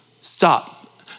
stop